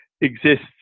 exists